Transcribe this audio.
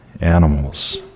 animals